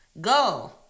Go